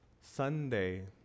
Sunday